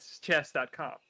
chess.com